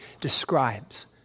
describes